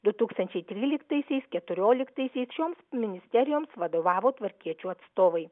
du tūkstančiai tryliktaisiais keturioliktaisiais šioms ministerijoms vadovavo tvarkiečių atstovai